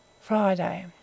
FRIDAY